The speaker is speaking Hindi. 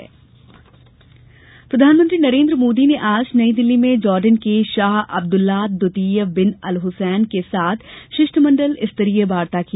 मोदी प्रधानमंत्री नरेन्द्र मोदी ने आज नई दिल्ली में जॉर्डन के शाह अब्दुनल्लाद द्वितीय बिन अल हुसैन के साथ शिष्ट मण्डल स्तरीय वार्ता की